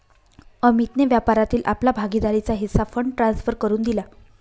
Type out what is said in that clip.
अमितने व्यापारातील आपला भागीदारीचा हिस्सा फंड ट्रांसफर करुन दिला